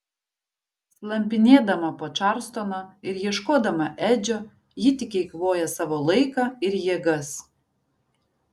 slampinėdama po čarlstoną ir ieškodama edžio ji tik eikvoja savo laiką ir jėgas